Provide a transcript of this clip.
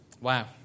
Wow